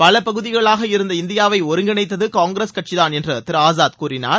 பல பகுதிகளாக இருந்த இந்தியாவை ஒருங்கிணைத்தது காங்கிரஸ் கட்சிதான் என்று திரு ஆசாத் கூறினார்